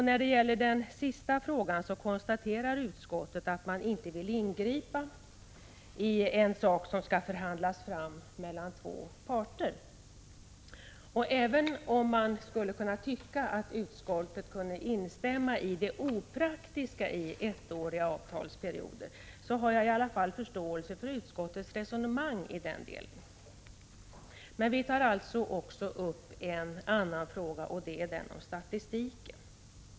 När det gäller den sista frågan konstaterar utskottet att man inte vill ingripa i en sak som skall förhandlas fram mellan två parter. Även om man skulle kunna tycka att utskottet borde ha kunnat instämma i att det är opraktiskt med ettåriga avtalsperioder så har jag i alla fall förståelse för utskottets resonemang i den delen. Men vi tar alltså också upp en annan fråga, och det är den om statistiken.